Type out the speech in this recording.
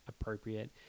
appropriate